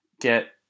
get